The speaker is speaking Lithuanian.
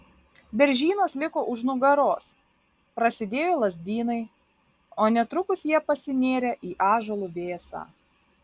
beržynas liko už nugaros prasidėjo lazdynai o netrukus jie pasinėrė į ąžuolų vėsą